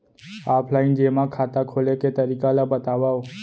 Offline जेमा खाता खोले के तरीका ल बतावव?